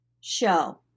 show